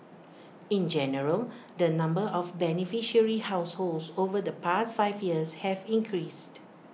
in general the number of beneficiary households over the past five years have increased